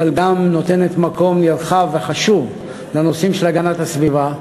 אבל גם נותנת מקום נרחב וחשוב לנושאים של הגנת הסביבה.